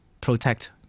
protect